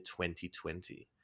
2020